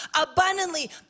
abundantly